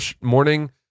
morning